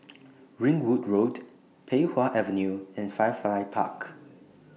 Ringwood Road Pei Wah Avenue and Firefly Park